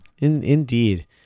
indeed